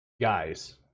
guys